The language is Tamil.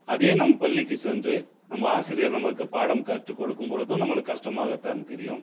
அதே நம் பள்ளிக்கு சென்று நம்ம ஆசிரியர் நம்மக்கு பாடம் கற்றுக்கொடுக்கும் பொழுதும் நம்மளுக்கு கஷ்டமாக தான் தெரியும்